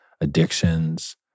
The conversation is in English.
addictions